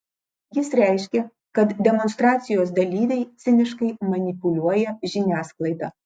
jis reiškė kad demonstracijos dalyviai ciniškai manipuliuoja žiniasklaida